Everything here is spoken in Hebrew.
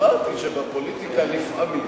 אמרתי שבפוליטיקה לפעמים